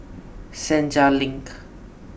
Senja Link